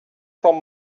from